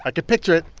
i could picture it.